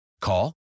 Call